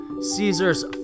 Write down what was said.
Caesar's